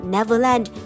Neverland